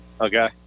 Okay